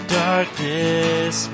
darkness